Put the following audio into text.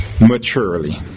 Maturely